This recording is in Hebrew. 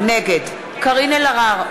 נגד קארין אלהרר,